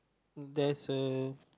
there's a